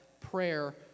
prayer